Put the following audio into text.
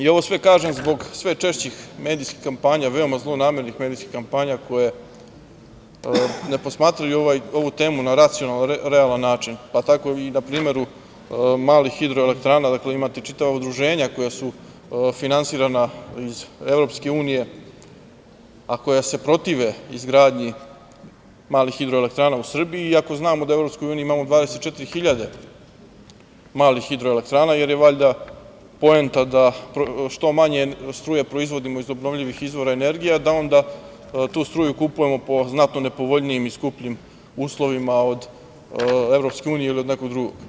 Ovo sve kažem zbog sve češćih medijskih kampanja, veoma zlonamernih medijskih kampanja, koje ne posmatraju ovu temu na racionalan način, pa tako i na primeru, malih hidroelektrana, imate čitava udruženja koja su finansirana iz Evropske unije, a koja se protive izgradnji malih hidroelektrana u Srbiji, iako znamo da u Evropskoj uniji imamo 24.000 malih hidroelektrana, jer je valjda poenta da što manje struje proizvodimo iz obnovljivih izvora energije, a da onda tu struju kupujemo po znatno nepovoljnijim i skupljim uslovima od Evropske unije ili nekog drugog.